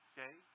Okay